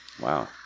Wow